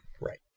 Right